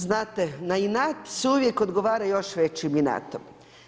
Znate na inat se uvijek odgovara još većim inatom.